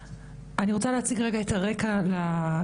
אני רוצה להציג רגע את הרקע לדיון.